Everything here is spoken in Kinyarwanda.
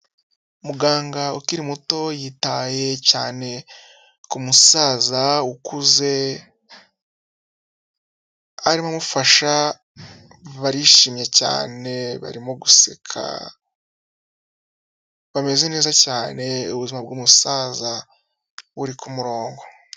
Muganga ukiri muto yitaye cyane k'umusaza ukuze arimo amufasha barishimye cyane barimo guseka bameze neza cyane ubuzima bw'umusaza buri k'umurongo.